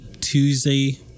Tuesday